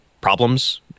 problems